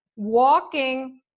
walking